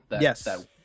yes